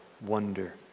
wonder